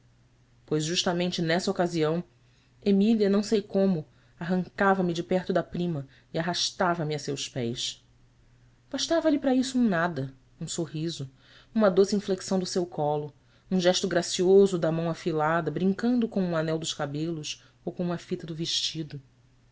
pois justamente nessa ocasião emília não sei como arrancava me de perto da prima e arrastava me a seus pés bastava lhe para isso um nada um sorriso uma doce inflexão do seu colo um gesto gracioso da mão afilada brincando com um anel dos cabelos ou com uma fita do vestido